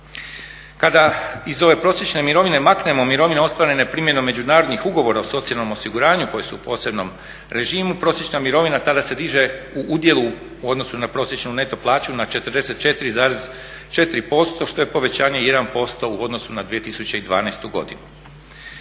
Kada iz ove prosječne mirovine maknemo mirovine ostvarene primjenom međunarodnih ugovora o socijalnom osiguranju koje su u posebnom režimu prosječna mirovina tada se diže u udjelu u odnosu na prosječnu neto plaću na 44,4% što je povećanje 1% u odnosu na 2012. godinu.